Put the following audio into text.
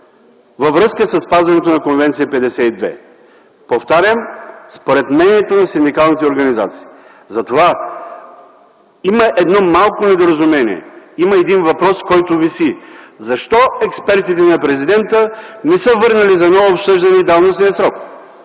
във връзка със спазването на Конвенция 52. Повтарям: според мнението на синдикалните организации. Затова има едно малко недоразумение, има един въпрос, който виси: защо експертите на президента не са върнали за ново обсъждане давностният срок?